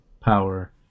power